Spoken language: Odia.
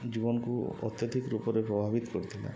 ଜୀବନକୁ ଅତ୍ୟଧିକ ରୂପରେ ପ୍ରଭାବିତ କରିଥିଲା